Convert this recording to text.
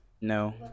No